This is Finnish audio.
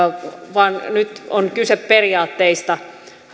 vaan nyt on kyse periaatteista